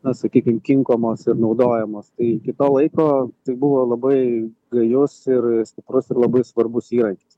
na sakykim kinkomos ir naudojamos tai iki to laiko tai buvo labai gajus ir stiprus ir labai svarbus įrankis